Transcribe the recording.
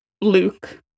Luke